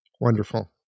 wonderful